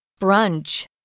Brunch